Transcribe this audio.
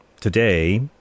today